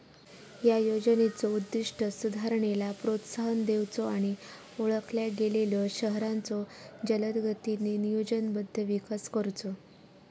या योजनेचो उद्दिष्ट सुधारणेला प्रोत्साहन देऊचो आणि ओळखल्या गेलेल्यो शहरांचो जलदगतीने नियोजनबद्ध विकास करुचो